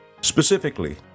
Specifically